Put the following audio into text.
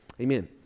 Amen